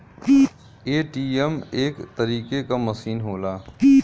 ATM एक तरीके क मसीन होला